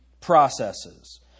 processes